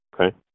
okay